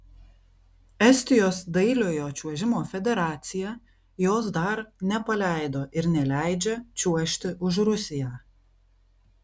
estijos dailiojo čiuožimo federacija jos dar nepaleido ir neleidžia čiuožti už rusiją